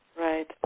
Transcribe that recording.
Right